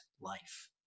life